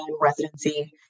residency